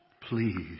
please